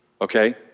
okay